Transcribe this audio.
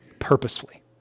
purposefully